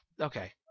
okay